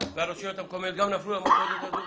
והרשויות המקומיות גם נפלו למלכודת הזאת.